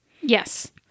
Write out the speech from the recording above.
Yes